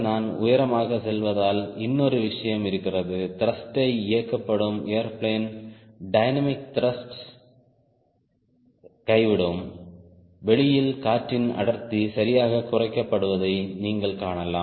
நான் உயரமாக செல்வதால் இன்னொரு விஷயம் இருக்கிறது த்ருஷ்ட் யை இயக்கப்படும் ஏர்பிளேன் டைனமிக் த்ருஷ்ட் யை கைவிடும் வெளியில் காற்றின் அடர்த்தி சரியாகக் குறைக்கப்படுவதை நீங்கள் காணலாம்